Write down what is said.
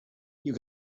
you